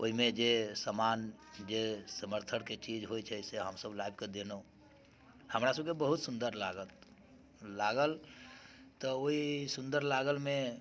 ओहिमे जे सामान जे समर्थनके चीज होइत छै से हम सभ लाबिके देलहुँ हमरा सभकेँ बहुत सुंदर लागल लागल तऽ ओहि सुंदर लागलमे